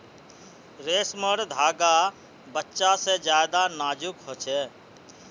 रेसमर धागा बच्चा से ज्यादा नाजुक हो छे